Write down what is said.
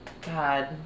God